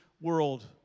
world